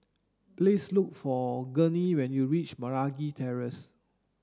please look for Gurney when you reach Meragi Terrace